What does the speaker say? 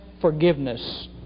forgiveness